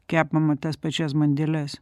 kepama tas pačias bandeles